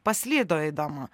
paslydo eidama